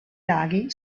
laghi